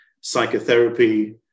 psychotherapy